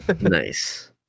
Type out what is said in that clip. Nice